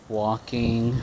walking